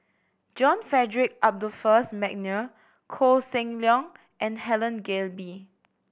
John Frederick Adolphus McNair Koh Seng Leong and Helen Gilbey